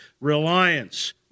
reliance